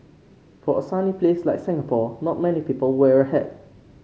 for a sunny place like Singapore not many people wear a hat